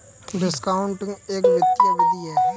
discounting एक वित्तीय विधि है